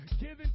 given